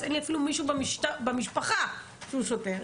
אין לי אפילו מישהו במשפחה שהוא שוטר,